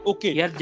Okay